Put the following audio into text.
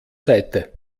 seite